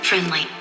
Friendly